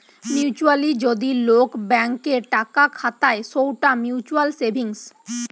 mutually যদি লোক bank এ টাকা খাতায় সৌটা মিউচুয়াল সেভিংস